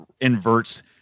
inverts